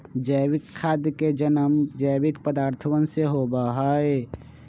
जैविक खाद के जन्म जैविक पदार्थवन से होबा हई